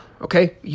Okay